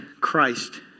Christ